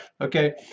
okay